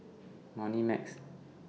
Moneymax